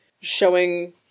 showing